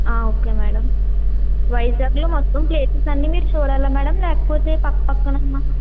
ఆ okay madam వైజాగ్లో మొత్తం ప్లేసెస్ అన్నీ మీరు చూడాలా మేడం లేకపోతే పక్క పక్కనున్న